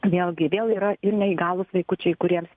vėl gi vėl yra ir neįgalūs vaikučiai kuriems